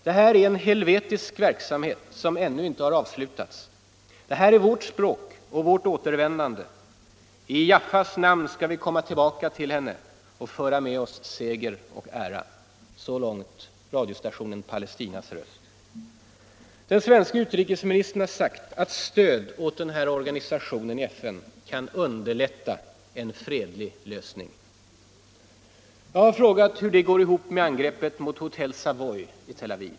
Det här är en helvetisk verksamhet som ännu inte har avslutats. Det här är vårt språk och vårt återvändande. I Jaffas namn ska vi komma tillbaka till henne från havet och föra med oss seger och ära.” Den svenske utrikesministern har sagt att stöd åt denna organisation i FN kan ”underlätta en fredlig lösning”. Jag har frågat hur det går ihop med angreppet mot Savoy Hotel i Tel Aviv.